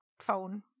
phone